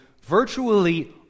virtually